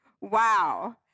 Wow